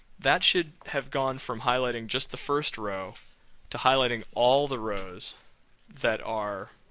that should have gone from highlighting just the first row to highlighting all the rows that are,